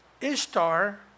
Ishtar